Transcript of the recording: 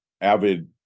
avid